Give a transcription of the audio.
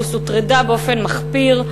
האוטובוס הוטרדה באופן מחפיר.